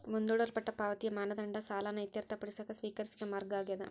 ಮುಂದೂಡಲ್ಪಟ್ಟ ಪಾವತಿಯ ಮಾನದಂಡ ಸಾಲನ ಇತ್ಯರ್ಥಪಡಿಸಕ ಸ್ವೇಕರಿಸಿದ ಮಾರ್ಗ ಆಗ್ಯಾದ